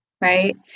right